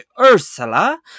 Ursula